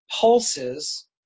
pulses